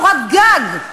קורת גג,